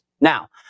Now